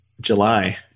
July